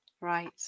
Right